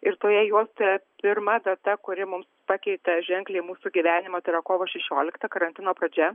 ir toje juostoje pirma data kuri mums pakeitė ženkliai mūsų gyvenimą tai yra kovo šešiolikta karantino pradžia